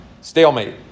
Stalemate